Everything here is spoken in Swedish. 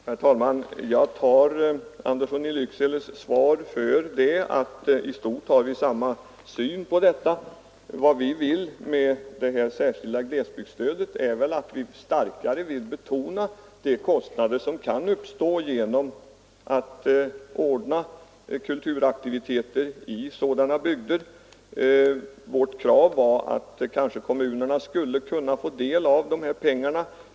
Herr talman! Jag tar herr Anderssons i Lycksele svar som belägg för att vi i stort har samma syn på detta problem. Med det särskilda glesbygdsstödet vill vi dock starkare betona de större kostnader som kan uppstå när man ordnar kulturaktiviteter i sådana bygder. Vårt krav var från början att kommunerna skulle få del av dessa pengar.